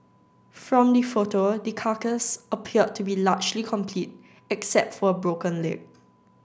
from the photo the carcass appeared to be largely complete except for a broken leg